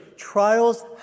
trials